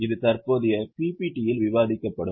இது தற்போதைய ppt இல் விவாதிக்கப்படும்